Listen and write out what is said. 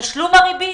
תשלום הריבית,